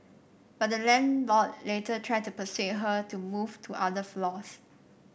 but the landlord later tried to persuade her to move to other floors